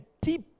deep